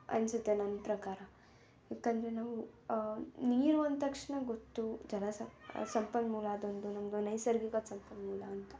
ಅನಿಸುತ್ತೆ ನಮ್ಮ ಪ್ರಕಾರ ಯಾಕಂದರೆ ನಾವು ನೀರು ಅಂದ ತಕ್ಷಣ ಗೊತ್ತು ಜಲ ಸ ಸಂಪನ್ಮೂಲ ಅದೊಂದು ನಮ್ಮದು ನೈಸರ್ಗಿಕ ಸಂಪನ್ಮೂಲ ಅಂತ